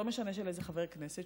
לא משנה של איזה חבר כנסת,